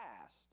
past